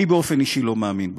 אני באופן אישי לא מאמין בה,